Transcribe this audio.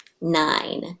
nine